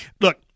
look